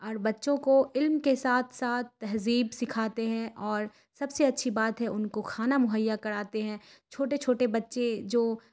اور بچوں کو علم کے ساتھ ساتھ تہذیب سکھاتے ہیں اور سب سے اچھی بات ہے ان کو کھانا مہیا کراتے ہیں چھوٹے چھوٹے بچے جو